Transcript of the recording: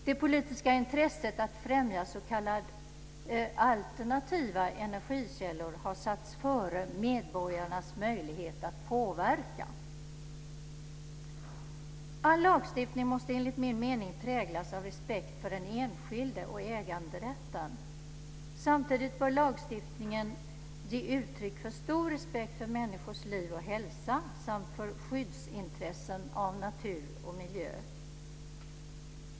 Det politiska intresset att främja s.k. alternativa energikällor har satts före medborgarnas möjlighet att påverka. All lagstiftning måste enligt min mening präglas av respekt för den enskilde och äganderätten. Samtidigt bör lagstiftningen ge uttryck för stor respekt för människors liv och hälsa samt för skyddsintressen av natur och miljö.